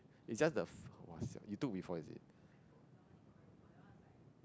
it's just the f~ !wah! siao you took before is it